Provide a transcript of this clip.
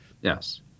Yes